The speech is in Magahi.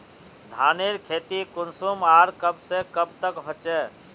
धानेर खेती कुंसम आर कब से कब तक होचे?